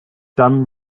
dunn